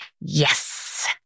Yes